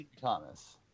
Thomas